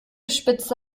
spitze